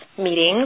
meetings